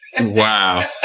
Wow